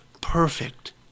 perfect